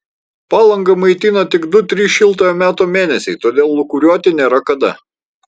palangą maitina tik du trys šiltojo meto mėnesiai todėl lūkuriuoti nėra kada